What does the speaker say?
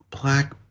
black